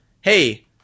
hey